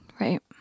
Right